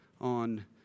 on